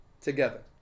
together